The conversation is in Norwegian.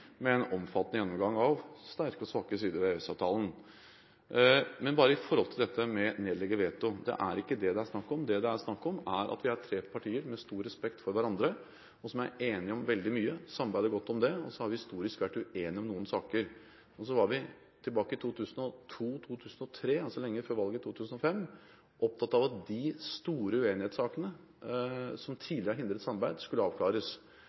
med en omfattende gjennomgang av sterke og svake sider ved EØS-avtalen. Til dette med å nedlegge veto: Det er ikke det det er snakk om. Det det er snakk om, er at vi er tre partier med stor respekt for hverandre, som er enige om veldig mye og samarbeider godt om det. Og så har vi historisk vært uenige om noen saker. Tilbake i 2002–2003, altså lenge før valget i 2005, var vi opptatt av at de store uenighetssakene, som tidligere har hindret samarbeid, skulle avklares.